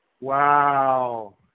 Wow